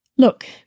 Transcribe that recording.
Look